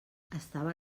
estava